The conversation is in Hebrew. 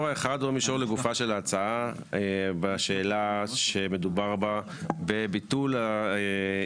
האחד הוא המישור לגופה של ההצעה בשאלה שמדובר בה בביטול הגבלת